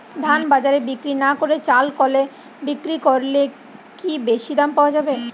ধান বাজারে বিক্রি না করে চাল কলে বিক্রি করলে কি বেশী দাম পাওয়া যাবে?